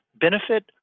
benefit